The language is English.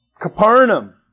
Capernaum